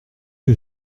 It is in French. que